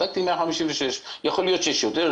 בדקתי 156. יכול להיות שיש יותר,